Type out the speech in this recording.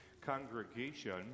congregation